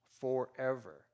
forever